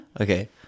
Okay